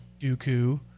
Dooku